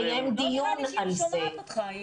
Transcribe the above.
לא נראה לי שהיא שומעת אותך.